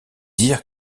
dire